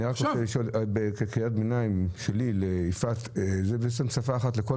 אני רק רוצה לשאול את יפעת זו בעצם שפה אחת לכל